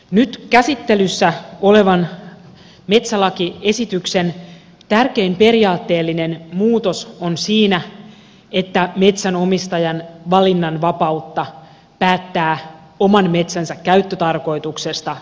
nyt käsittelyssä olevan metsälakiesityksen tärkein periaatteellinen muutos on siinä että metsänomistajan valinnanvapautta päättää oman metsänsä käyttötarkoituksesta lisätään